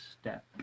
step